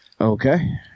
Okay